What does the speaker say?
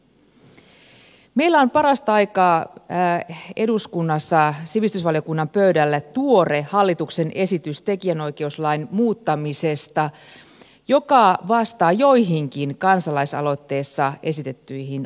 meillä on parasta aikaa eduskunnassa sivistysvaliokunnan pöydällä tuore hallituksen esitys tekijänoikeuslain muuttamisesta joka vastaa joihinkin kansalaisaloitteessa esitettyihin ongelmiin